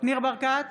ניר ברקת,